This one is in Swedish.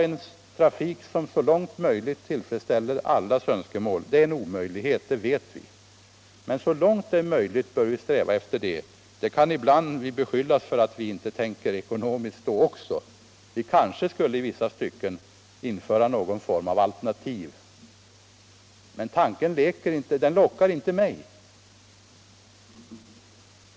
Det är omöjligt att få en kollektivtrafik som tillfredsställer allas önskemål, men så långt det är möjligt bör vi eftersträva att åstadkomma en sådan trafik. Vi kan även i sådana fall bli beskyllda för att inte tänka ekonomiskt.